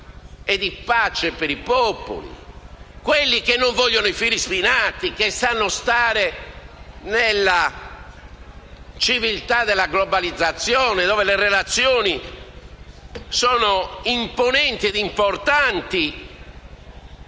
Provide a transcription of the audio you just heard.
e di pace per i popoli; quelli che non vogliono i fili spinati, che sanno stare nella civiltà della globalizzazione, dove le relazioni sono imponenti ed importanti,